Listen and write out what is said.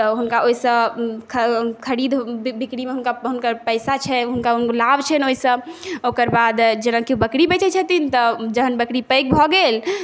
तऽ हुनका ओहिसँ खरीद बिकरीमे हुनका हुनकर पैसा छै हुनका लाभ छैनि ओहिसँ ओकर बाद जेना कि बकरी बेचै छथिन तऽ जहन बकरी पैघ भऽ गेल